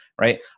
right